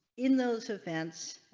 in those events.